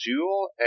Jewel